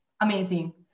amazing